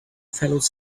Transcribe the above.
fellows